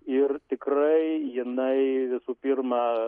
ir tikrai jinai visų pirma